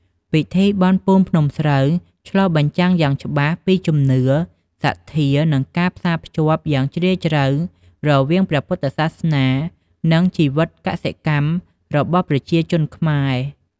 ពិធីបុណ្យពូនភ្នំស្រូវ ឆ្លុះបញ្ចាំងយ៉ាងច្បាស់ពីជំនឿ សទ្ធា និងការផ្សារភ្ជាប់យ៉ាងជ្រាលជ្រៅរវាងព្រះពុទ្ធសាសនា និងជីវិតកសិកម្មរបស់ប្រជាជនខ្មែរ។